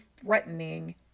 threatening